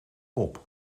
pop